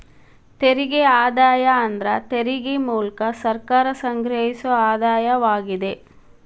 ತೆರಿಗೆ ಆದಾಯ ಅಂದ್ರ ತೆರಿಗೆ ಮೂಲ್ಕ ಸರ್ಕಾರ ಸಂಗ್ರಹಿಸೊ ಆದಾಯವಾಗಿದೆ